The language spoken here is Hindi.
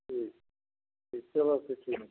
ठीक ठीक चलो फिर ठीक है